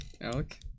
Alec